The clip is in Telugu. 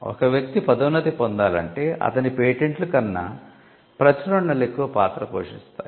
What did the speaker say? ఒక వ్యక్తి పదోన్నతి పొందాలంటే అతని పేటెంట్లు కన్నా ప్రచురణలు ఎక్కువ పాత్ర పోషిస్తాయి